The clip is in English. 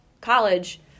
college